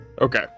Okay